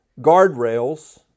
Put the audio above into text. guardrails